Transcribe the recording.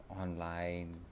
online